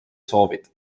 soovid